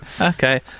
okay